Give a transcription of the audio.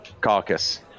caucus